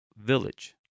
village